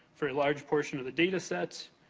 for a large portion of the data set.